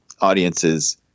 audiences